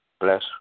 Bless